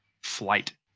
flight